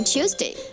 Tuesday